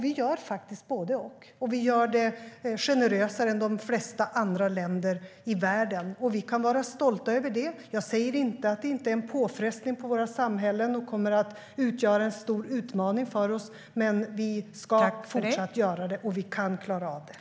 Vi gör både och, och vi gör det generösare än de flesta andra länder i världen. Vi kan vara stolta över det. Jag säger inte att det inte är en påfrestning på våra samhällen eller att det inte kommer att utgöra en stor utmaning för oss. Men vi ska fortsatt göra det, och vi kan klara av det.